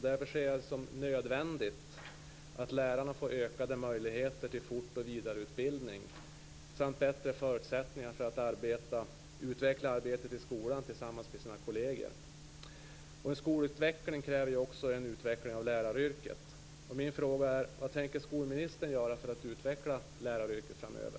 Därför ser jag det som nödvändigt att lärarna får ökade möjligheter till fort och vidareutbildning samt bättre förutsättningar för att utveckla arbetet i skolan tillsammans med sina kolleger. En skolutveckling kräver också en utveckling av läraryrket. Min fråga är: Vad tänker skolministern göra för att utveckla läraryrket framöver?